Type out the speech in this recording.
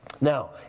Now